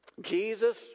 Jesus